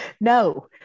No